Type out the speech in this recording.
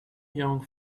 young